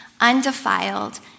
undefiled